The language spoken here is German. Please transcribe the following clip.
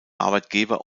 arbeitgeber